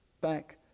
back